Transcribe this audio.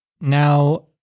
Now